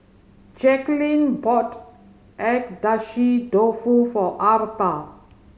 Jacquelynn bought Agedashi Dofu for Arta